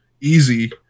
easy